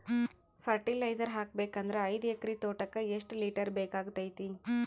Fertiliser ಹಾಕಬೇಕು ಅಂದ್ರ ಐದು ಎಕರೆ ತೋಟಕ ಎಷ್ಟ ಲೀಟರ್ ಬೇಕಾಗತೈತಿ?